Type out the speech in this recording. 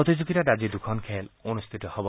প্ৰতিযোগিতাত আজি দুখন খেল অনুষ্ঠিত হব